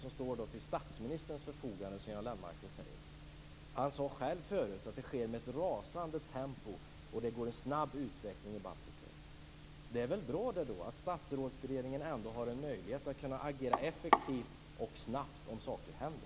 Göran Lennmarker säger att den står till statsministerns förfogande. Han sade själv förut att utveckling i Baltikum sker i ett rasande tempo. Då är det väl bra att Statsrådsberedningen har en möjlighet att agera effektivt och snabbt om saker händer.